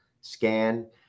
scan